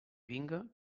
vinga